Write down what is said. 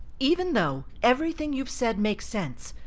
even though everything you've said makes sense,